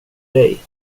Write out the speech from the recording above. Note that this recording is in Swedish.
dig